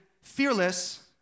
fearless